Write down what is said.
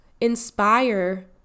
inspire